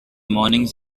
mornings